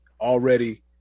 Already